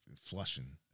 Flushing